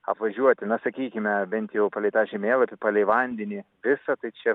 apvažiuoti na sakykime bent jau palei tą žemėlapį palei vandenį visą tai čia